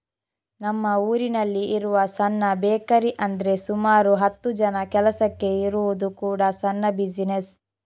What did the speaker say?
ನಮ್ಮ ಊರಿನಲ್ಲಿ ಇರುವ ಸಣ್ಣ ಬೇಕರಿ ಅಂದ್ರೆ ಸುಮಾರು ಹತ್ತು ಜನ ಕೆಲಸಕ್ಕೆ ಇರುವುದು ಕೂಡಾ ಸಣ್ಣ ಬಿಸಿನೆಸ್